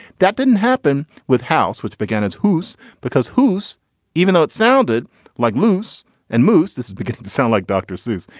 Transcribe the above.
that didn't happen with house which began its who's because who's even though it sounded like moose and moose. this is beginning to sound like dr. seuss.